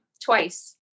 Twice